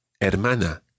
Hermana